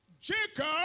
Jacob